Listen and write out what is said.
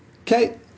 Okay